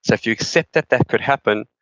if you accept that that could happen,